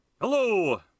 Hello